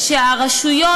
שהרשויות,